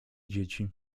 dzieci